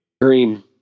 Green